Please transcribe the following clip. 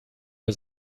für